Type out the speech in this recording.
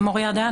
יעל בלונדהיים,